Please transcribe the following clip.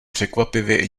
překvapivě